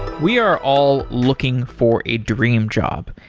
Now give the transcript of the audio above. we are all looking for a dream job.